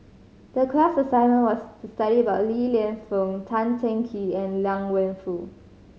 the class assignment was to study about Li Lienfung Tan Teng Kee and Liang Wenfu